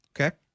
Okay